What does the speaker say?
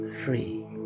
free